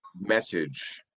message